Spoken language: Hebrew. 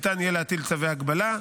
ניתן יהיה להטיל צווי הגבלה,